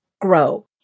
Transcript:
Grow